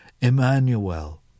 Emmanuel